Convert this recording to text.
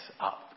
up